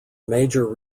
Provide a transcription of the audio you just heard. major